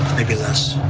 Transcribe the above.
maybe less.